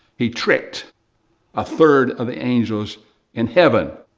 he tricked a third of the angels in heaven.